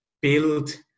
build